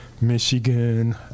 Michigan